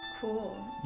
Cool